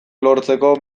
lortzeko